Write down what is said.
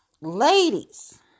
ladies